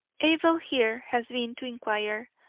abel here has been to inquire,